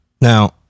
Now